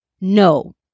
No